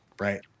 Right